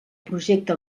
projecte